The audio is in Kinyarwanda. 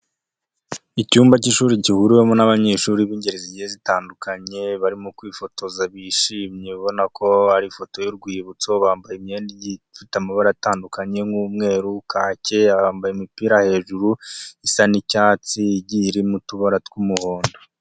Icyumba cy'ishuri gihuriwemo n'abanyeshuri b'ingeri zigiye zitandukanye, barimo kwifotoza bishimye, ubona ko ari ifoto y'urwibutso, bambaye imyenda igiye ifite amabara atandukanye nk'umweru, kake, bambaye imipira hejuru, isa n'icyatsi igiye irimo utubara tw'umuhondo.